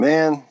Man